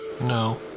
No